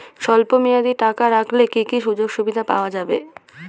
স্বল্পমেয়াদী টাকা রাখলে কি কি সুযোগ সুবিধা পাওয়া যাবে?